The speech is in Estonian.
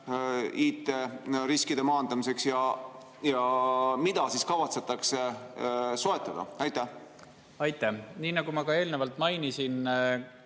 IT-riskide maandamiseks ja mida kavatsetakse soetada? Aitäh! Nii nagu ma ka eelnevalt mainisin,